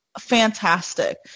fantastic